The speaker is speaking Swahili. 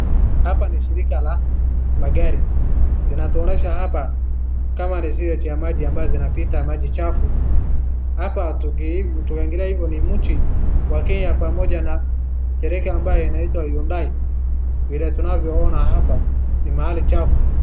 Hapa ni shirika la magari. Inatuonyesha hapa kama ni siweji ya maji ambayo zinapita, maji chafu. Hapa tukiangalia hivyo ni mji wa Kenya pamoja na shirika ambaye inaitwa Yondai, vile tunavyoona hapa ni mahali chafu.